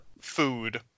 food